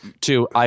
Two